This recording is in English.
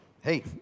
hey